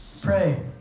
pray